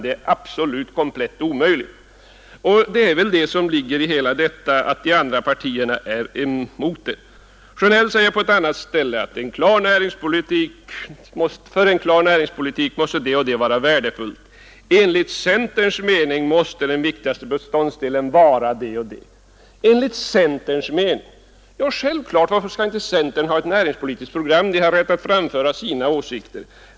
Det är komplett omöjligt. Det är tydligen också alla övriga partier emot. Herr Sjönell säger vidare, att för en klar näringspolitik måste det och det vara värdefullt. Ja, enligt centers mening måste den viktigaste beståndsdelen vara det och det. Självklart skall centern ha ettnäringspolitiskt program där man framför sina åsikter.